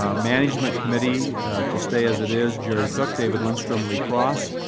ah management committee to stay as it is, jerry cook, david lindstrom, lee cross.